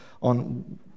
on